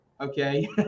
Okay